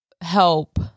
help